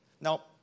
Now